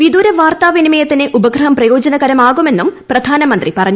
വിദൂര വാർത്താവിനിമയത്തിന് ഉപഗ്രഹം പ്രയോജനകരമാകുമെന്നും പ്രധാനമന്ത്രി പറഞ്ഞു